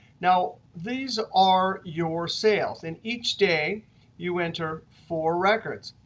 now these are your sales. in each day you enter four records